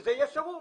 שזה יהיה סירוב.